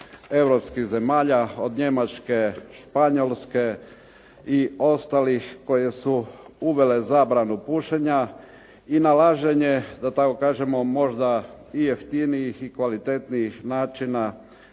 europskih zemalja od Njemačke, Španjolske i ostalih koje su uvele zabranu pušenja i nalaženja, da tako kažemo možda i jeftinijih i kvalitetnijih načina